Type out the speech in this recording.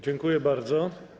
Dziękuję bardzo.